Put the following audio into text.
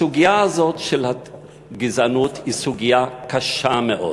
הסוגיה הזאת של הגזענות היא סוגיה קשה מאוד.